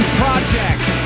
project